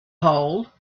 hole